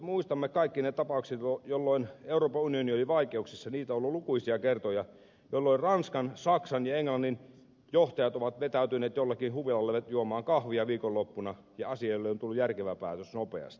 muistamme kaikki ne tapaukset jolloin euroopan unioni oli vaikeuksissa niitä on ollut lukuisia kertoja jolloin ranskan saksan ja englannin johtajat ovat vetäytyneet jollekin huvilalle juomaan kahvia viikonloppuna ja asioille on tullut järkevä päätös nopeasti